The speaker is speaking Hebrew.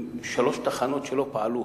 שלוש תחנות לא פעלו